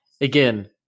again